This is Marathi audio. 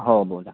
हो बोला